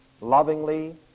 Lovingly